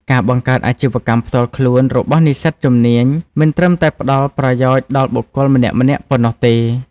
ការបង្កើតអាជីវកម្មផ្ទាល់ខ្លួនរបស់និស្សិតជំនាញមិនត្រឹមតែផ្តល់ប្រយោជន៍ដល់បុគ្គលម្នាក់ៗប៉ុណ្ណោះទេ។